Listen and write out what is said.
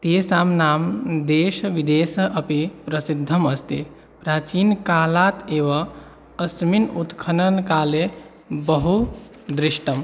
तेषां नाम देशविदेशे अपि प्रसिद्धम् अस्ति प्राचीनकालात् एव अस्मिन् उत्खननकाले बहु दृष्टम्